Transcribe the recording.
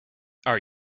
are